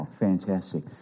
Fantastic